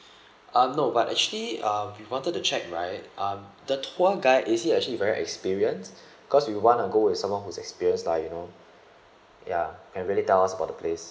uh no but actually uh we wanted to check right um the tour guide is he actually be very experience because we want to go with someone who is experienced lah you know ya and really tell us about the place